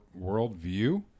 worldview